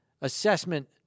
assessment